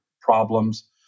problems